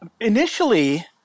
initially